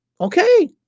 okay